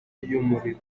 y’umuriro